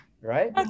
Right